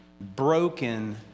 broken